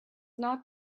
not